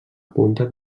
punta